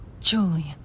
Julian